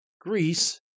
Greece